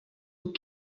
aux